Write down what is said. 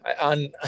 On